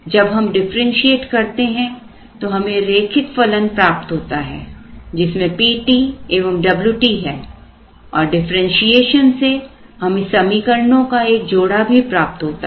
जब हम डिफरेंशिएट करते हैं तो हमें रेखिक फलन प्राप्त होता है जिसमें Pt एवं Wt है और डिफरेंशिएशन से हमें समीकरणों का एक जोड़ा भी प्राप्त होता है